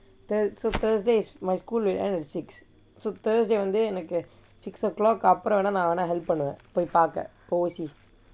thursday so thursday is my school will end at six so thursday வந்து எனக்கு:vanthu enakku six o'clock அப்புறம் வேணா:appuram vennaa help பண்ணுவேன் போய் பார்க்க:pannuvaen poi paarkka oversee